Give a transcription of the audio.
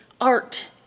art